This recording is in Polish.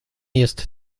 jest